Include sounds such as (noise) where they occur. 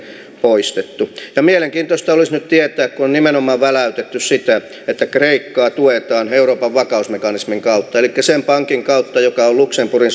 poistettu mielenkiintoista olisi nyt tietää kun nimenomaan on väläytetty sitä että kreikkaa tuetaan euroopan vakausmekanismin kautta elikkä sen pankin kautta joka on luxemburgin (unintelligible)